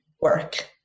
work